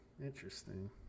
interesting